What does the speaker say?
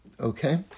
okay